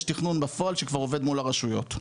יש תכנון בפועל שכבר עובד מול הרשויות.